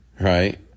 right